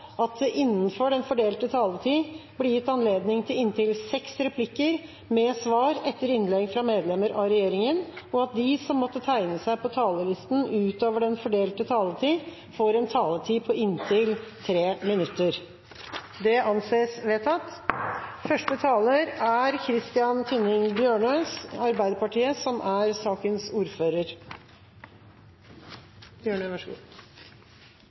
at det blir gitt anledning til replikkordskifte på inntil seks replikker med svar etter innlegg fra medlemmer av regjeringen innenfor den fordelte taletid, og at de som måtte tegne seg på talerlisten utover den fordelte taletid, får en taletid på inntil 3 minutter. – Det anses vedtatt. Først en takk til representanten Knag Fylkesnes, som opprinnelig var ordfører